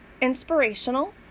Inspirational